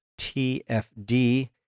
TFD